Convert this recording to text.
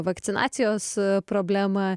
vakcinacijos problemą